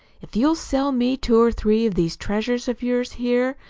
if you'll sell me two or three of these treasures of yours here,